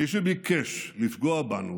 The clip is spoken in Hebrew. מי שביקש לפגוע בנו